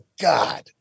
God